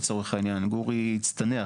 גורי הצטנע,